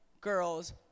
girls